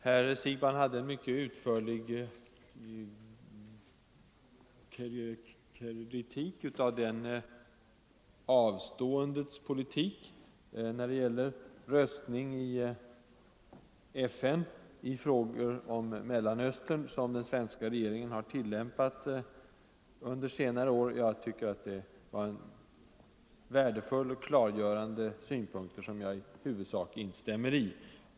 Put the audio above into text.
Herr Siegbahn framförde en utförlig kritik av den avståndets politik när det gäller röstning i FN i frågor om Mellanöstern, som den svenska regeringen har tillämpat under senare år. Det var värdefulla och klargörande synpunkter, som jag i huvudsak instämmer i.